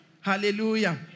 Hallelujah